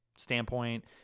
standpoint